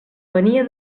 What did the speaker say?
venia